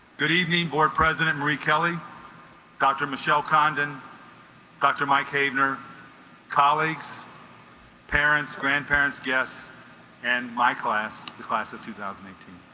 good evening board president marie kelly dr. michele condon dr. mike havener colleagues parents grandparents guests and my class the class of two thousand and eighteen